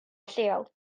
lleol